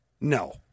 No